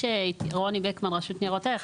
רוני ביקמן, הרשות לניירות ערך.